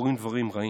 קורים דברים רעים.